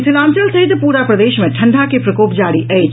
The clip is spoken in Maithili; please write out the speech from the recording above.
मिथिलांचल सहित पूरा प्रदेश मे ठंडा के प्रकोप जारी अछि